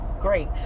great